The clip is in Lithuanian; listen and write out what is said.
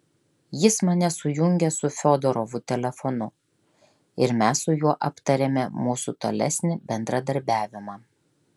jis mane sujungė su fiodorovu telefonu ir mes su juo aptarėme mūsų tolesnį bendradarbiavimą